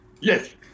Yes